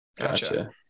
gotcha